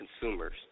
consumers